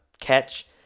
catch